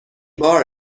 بار